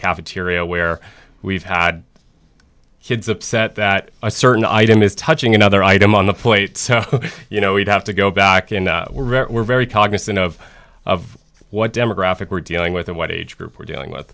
cafeteria where we've had kids upset that a certain item is touching another item on the plate so you know we'd have to go back and were very cognizant of of what demographic we're dealing with or what age group we're dealing